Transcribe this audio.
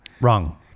Wrong